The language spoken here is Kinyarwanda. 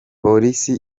polisi